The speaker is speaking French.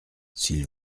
s’il